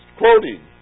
quoting